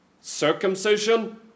circumcision